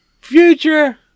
future